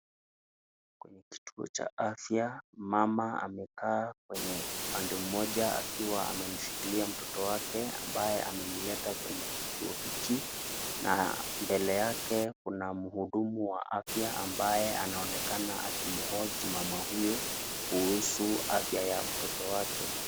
Kwenye kituo cha afya, mama amekaa kwenye pande moja akiwa amemshikilia mtoto wake ambaye amemleta kwenye kituo hiki, na mbele yake kuna mhudumu wa afya ambaye anaonekana akimhoji mama huyo kuhusu afya ya mtoto wake.